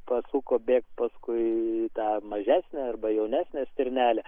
pasuko bėkt paskui tą mažesnę arba jaunesnę stirnelę